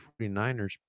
49ers